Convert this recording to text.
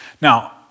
Now